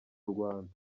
rwanda